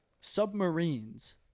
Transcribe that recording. submarines